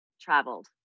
traveled